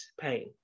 pain